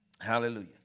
Hallelujah